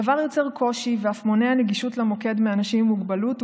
הדבר יוצר קושי ואף מונע גישה למוקד של אנשים עם מוגבלות,